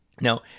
Now